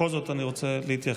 אני בכל זאת רוצה להתייחס.